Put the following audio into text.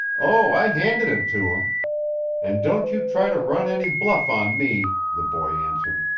oh, i handed it to him and don't you try to run any bluff on me! the boy answered.